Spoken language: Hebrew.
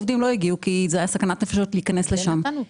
העובדים לא הגיעו כי הייתה סכנת נפשות להיכנס לשם.